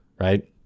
right